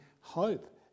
hope